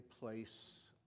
place